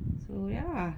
so ya lah